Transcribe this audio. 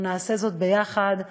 אנחנו נעשה זאת ביחד,